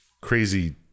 crazy